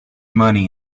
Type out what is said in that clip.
money